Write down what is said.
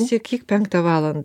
siekyk penktą valand